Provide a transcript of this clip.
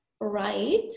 right